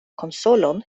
konsolon